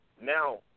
Now